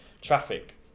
traffic